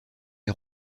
des